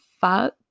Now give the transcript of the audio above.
fuck